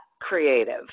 creative